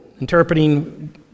interpreting